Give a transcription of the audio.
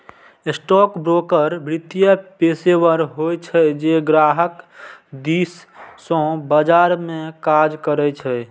stockbroker वित्तीय पेशेवर होइ छै, जे ग्राहक दिस सं बाजार मे काज करै छै